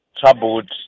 troubled